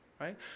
right